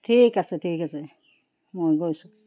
ঠিক আছে ঠিক আছে মই গৈছোঁ